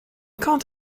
can’t